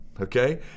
okay